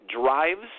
drives